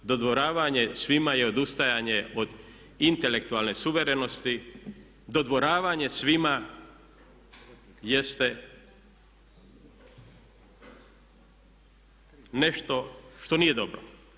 Dodvoravanje svima je odustajanje od intelektualne suverenosti, dodvoravanje svima jeste nešto što nije dobro.